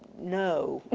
no. well,